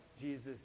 Jesus